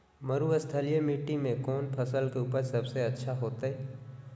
मरुस्थलीय मिट्टी मैं कौन फसल के उपज सबसे अच्छा होतय?